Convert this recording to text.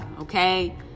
okay